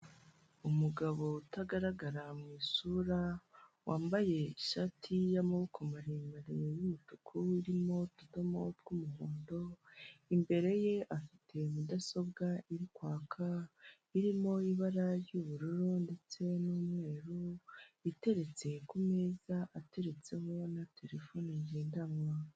Umugabo utagaragara mu isura wambaye ishati y'amaboko maremare y'umutuku urimo utudomo tw'umuhondo, imbere ye afite mudasobwa iri kwaka irimo ibara ry'ubururu ndetse n'umweru iteretse ku meza ateretseho na terefone ngendanwa.